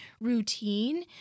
routine